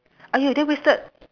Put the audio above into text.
!aiyo! then wasted